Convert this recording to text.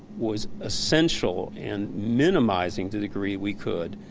was essential and minimizeing the degree we could,